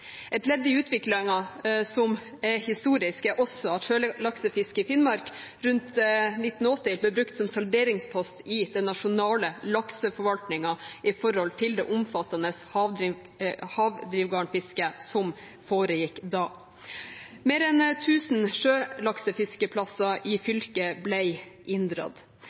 Et ledd i utviklingen som er historisk, er også at sjølaksefisket i Finnmark rundt 1980 ble brukt som salderingspost i den nasjonale lakseforvaltningen i forhold til det omfattende havdrivgarnfisket som foregikk da. Mer enn 1 000 sjølaksefiskeplasser i fylket